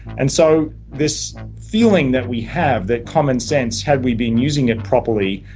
and so this feeling that we have, that common sense, had we been using it properly,